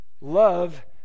Love